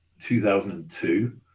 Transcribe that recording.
2002